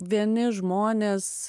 vieni žmonės